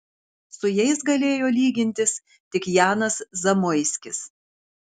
su jais galėjo lygintis tik janas zamoiskis